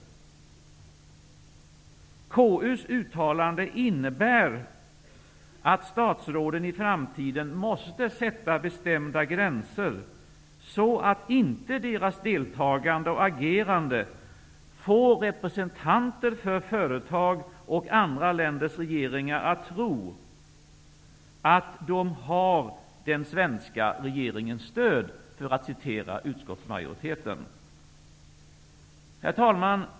KU:s uttalande innebär att statsråden i framtiden måste sätta bestämda gränser så att inte deras deltagande och agerande får representanter för företag och andra länders regeringar att tro att dessa företag, för att citera utskottsmajoriteten, ''har den svenska regeringens stöd''. Herr talman!